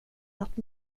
något